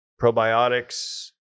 probiotics